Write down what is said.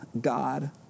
God